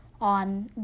on